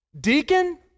deacon